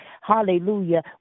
Hallelujah